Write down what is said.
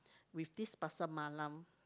with this Pasar malam